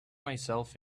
myself